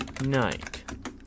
Knight